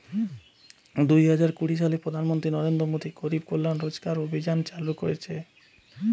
দুই হাজার কুড়ি সালে প্রধান মন্ত্রী নরেন্দ্র মোদী গরিব কল্যাণ রোজগার অভিযান চালু করিছে